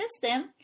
system